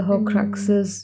mm